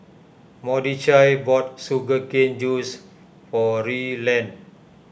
Mordechai bought Sugar Cane Juice for Ryland